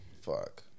Fuck